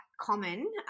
common